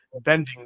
bending